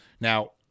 Now